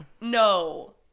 No